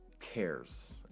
cares